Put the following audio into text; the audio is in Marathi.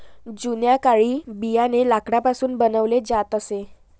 जुन्या काळी बियाणे लाकडापासून बनवले जात असे